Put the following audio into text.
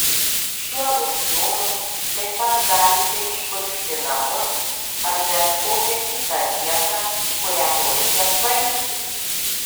šiuo losjonu taip pat galite išpurkšti namus ar bet kokią kitą vietą kurią norite apvalyti